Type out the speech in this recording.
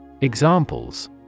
Examples